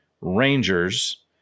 Rangers